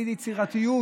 באיזו יצירתיות,